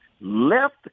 left